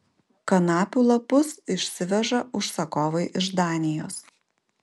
kanapių lapus išsiveža užsakovai iš danijos